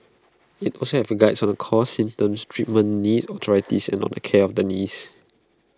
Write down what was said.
IT also has Guides on the causes symptoms treatment knee osteoarthritis and on the care of the knees